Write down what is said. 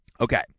Okay